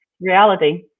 reality